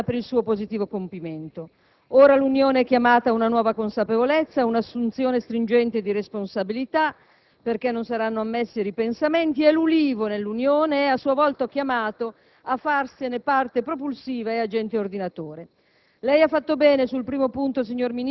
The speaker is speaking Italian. sta dentro la transizione italiana per il suo positivo compimento. Ora, l'Unione è chiamata a una nuova consapevolezza e ad una assunzione stringente di responsabilità, perché non saranno ammessi ripensamenti e l'Ulivo, nell'Unione, è a sua volta chiamato a farsene parte propulsiva e agente ordinatore.